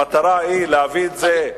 המטרה היא להביא את זה,